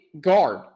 guard